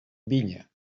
vinya